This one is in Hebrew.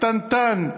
קטנטן,